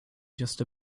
just